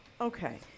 Okay